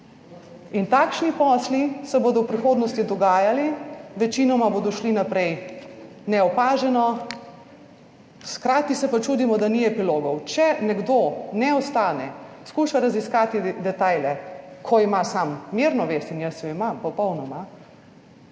takšni posli se bodo v prihodnosti dogajali, večinoma bodo šli naprej neopaženo. Hkrati se pa čudimo, da ni epilogov. Če nekdo ne ostane, skuša raziskati detajle, ko ima sam mirno vest, in jaz jo imam popolnoma,